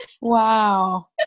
Wow